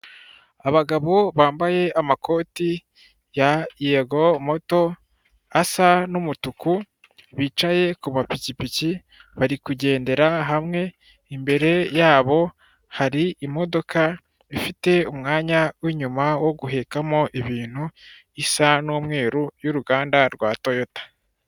Abagabo bambaye amakoti ya yego moto asa n'umutuku bicaye ku mapikipiki barikugendera hamwe. Imbere yabo hari imodoka ifite umwanya winyuma wo guhekamo ibintu isa n'umweru y'uruganda rwa Toyota.